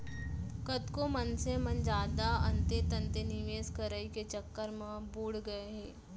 कतको मनसे मन जादा अंते तंते निवेस करई के चक्कर म बुड़ गए हे